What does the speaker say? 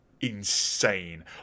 insane